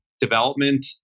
development